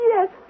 Yes